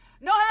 No